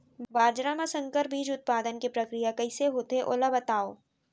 बाजरा मा संकर बीज उत्पादन के प्रक्रिया कइसे होथे ओला बताव?